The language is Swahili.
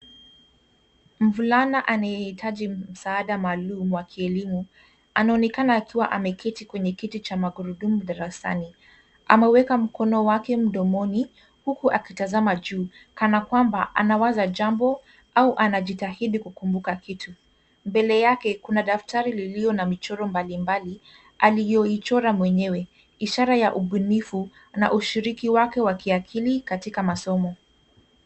Mvulana anayehitaji msaada maalum wa kielimu anaonekana akiwa ameketi kwenye kiti cha magurudumu darasani. Ameweka mkono wake mdomoni huku akitazama juu kana kwamba anawaza jambo au anajitahidi kukumbuka kitu. Mbele yake kuna daftari iliyo na michoro mbalimbali aliyoichora mwenyewe. Ishara ya ubunifu na ushiriki wake wa kiakili katika masomo.